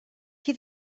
qui